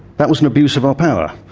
that was an abuse of our power,